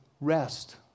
rest